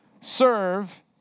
serve